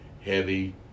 heavy